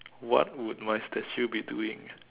what would my statue be doing